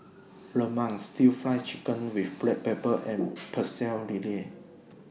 Lemang Stir Fried Chicken with Black Pepper and Pecel Lele